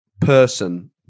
person